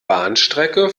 bahnstrecke